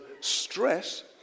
stress